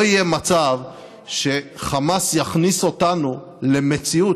לא יהיה מצב שחמאס יכניס אותנו למציאות